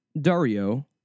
Dario